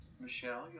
Michelle